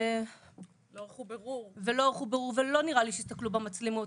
ולא ערכו בירור ולא נראה לי שהסתכלו במצלמות.